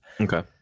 Okay